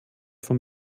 von